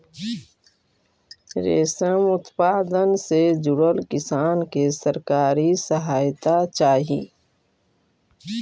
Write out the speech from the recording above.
रेशम उत्पादन से जुड़ल किसान के सरकारी सहायता चाहि